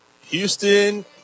Houston